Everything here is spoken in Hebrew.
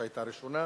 שהיתה ראשונה,